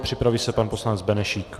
Připraví se pan poslanec Benešík.